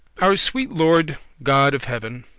our sweet lord god of heaven,